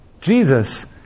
Jesus